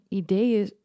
ideeën